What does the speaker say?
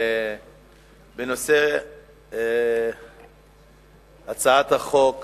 בנושא הצעת החוק